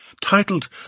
Titled